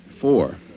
Four